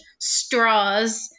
straws